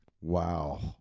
Wow